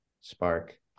spark